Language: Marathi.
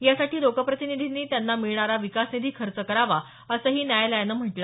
यासाठी लोकप्रतिनिधींनी त्यांना मिळणारा विकासनिधी खर्च करावा असंही न्यायालयानं सूचवलं